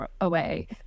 away